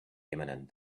imminent